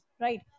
right